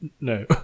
no